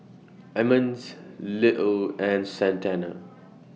Emmons Little and Santana